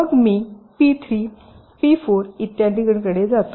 मग मी P 3 P 4 इत्यादीकडे जा